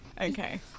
Okay